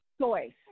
choice